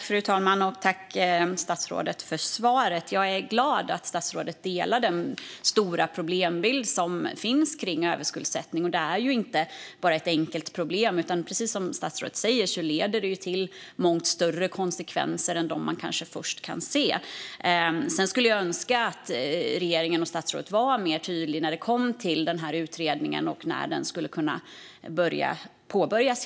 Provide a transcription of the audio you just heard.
Fru talman! Tack, statsrådet, för svaret! Jag är glad över att statsrådet delar den stora problembild som finns angående överskuldsättning. Det är inte ett enkelt problem. Precis som statsrådet säger leder detta till mångt större konsekvenser än dem man först kanske kan se. Jag skulle dock önska att regeringen och statsrådet var tydligare när det gäller utredningen och när den skulle kunna påbörjas.